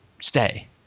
stay